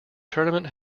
tournament